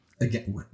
again